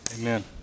Amen